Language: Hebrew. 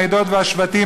העדות והשבטים,